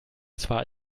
zwar